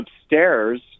upstairs